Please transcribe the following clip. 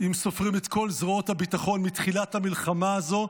אם סופרים את כל זרועות הביטחון מתחילת המלחמה הזו.